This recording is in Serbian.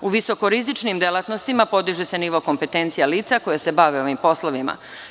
U visokorizičnim delatnostima podiže se nivo kompetencija lica koja se bave ovim poslovima.